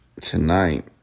tonight